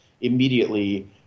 immediately